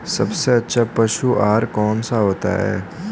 सबसे अच्छा पशु आहार कौन सा होता है?